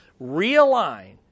Realign